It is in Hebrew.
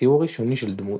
ציור ראשוני של דמות,